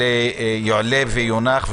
יונח,